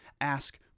ask